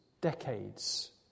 decades